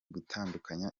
gutatanya